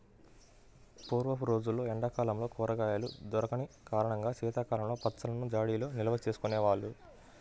పూర్వపు రోజుల్లో ఎండా కాలంలో కూరగాయలు దొరికని కారణంగా శీతాకాలంలో పచ్చళ్ళను జాడీల్లో నిల్వచేసుకునే వాళ్ళు